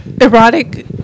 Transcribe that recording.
erotic